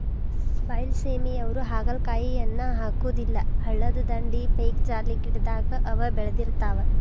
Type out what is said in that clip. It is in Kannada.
ಬೈಲಸೇಮಿಯವ್ರು ಹಾಗಲಕಾಯಿಯನ್ನಾ ಹಾಕುದಿಲ್ಲಾ ಹಳ್ಳದ ದಂಡಿ, ಪೇಕ್ಜಾಲಿ ಗಿಡದಾಗ ಅವ ಬೇಳದಿರ್ತಾವ